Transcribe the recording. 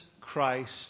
Christ